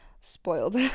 spoiled